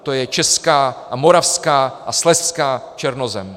To je česká a moravská a slezská černozem!